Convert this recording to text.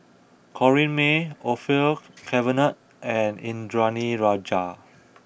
Corrinne May Orfeur Cavenagh and Indranee Rajah